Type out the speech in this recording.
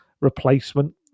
replacement